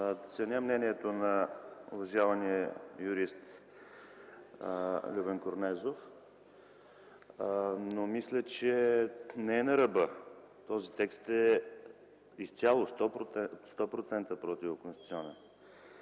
Ценя мнението на уважавания юрист Любен Корнезов, но мисля, че не е на ръба – този текст е изцяло, 100%, противоконституционен.